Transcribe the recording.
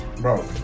Bro